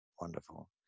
wonderful